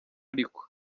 ariko